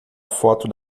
foto